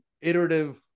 iterative